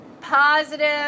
positive